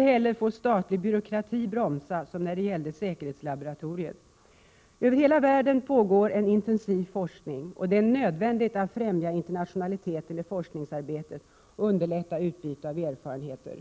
Ej heller får statlig byråkrati bromsa, som var fallet när det gällde säkerhetslaboratoriet. Över hela världen pågår en intensiv forskning. Det är nödvändigt att främja internationaliteten i forskningsarbetet och underlätta utbytet av erfarenheter.